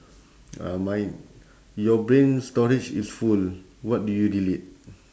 uh mine your brain storage is full what do you delete